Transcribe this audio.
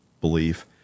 belief